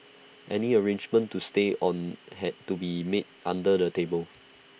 any arrangement to stay on had to be made under the table